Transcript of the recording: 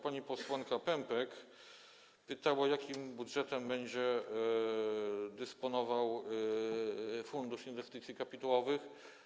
Pani posłanka Pępek pytała, jakim budżetem będzie dysponował Fundusz Inwestycji Kapitałowych.